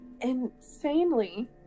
insanely